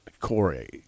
Corey